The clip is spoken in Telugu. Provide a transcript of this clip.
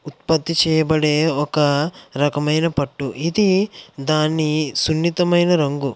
ఉత్పత్తి చేయబడే ఒక రకమైన పట్టు ఇది దాన్ని సున్నితమైన రంగు